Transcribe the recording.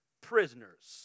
prisoners